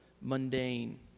mundane